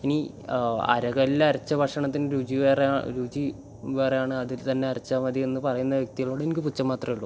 ഇനി അരകല്ലരച്ച ഭക്ഷണത്തിന് രുചി വേറെയാണ് രുചി വേറെയാണ് അതിൽ തന്നെ അരച്ചാൽ മതിയെന്ന് പറയുന്ന വ്യക്തികളോട് എനിക്ക് പുച്ഛം മാത്രമേ ഉള്ളൂ